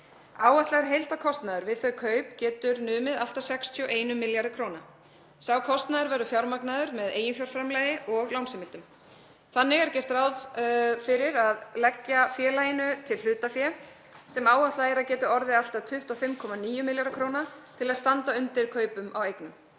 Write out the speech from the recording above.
Áætlaður heildarkostnaður við þau kaup getur numið allt að 61 milljarði kr. Sá kostnaður verður fjármagnaður með eiginfjárframlagi og lánsheimildum. Þannig er ráðgert að leggja félaginu til hlutafé sem áætlað er að geti orðið allt að 25,9 milljarðar kr. til að standa undir kaupum á eignum.